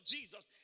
Jesus